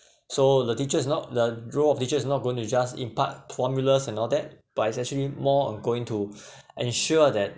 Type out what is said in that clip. so the teacher is not the role the teacher is not going to just impart formulas and all that but it's actually more on going to ensure that